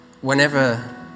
whenever